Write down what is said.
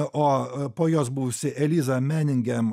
o po jos buvusi eliza meningem